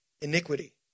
iniquity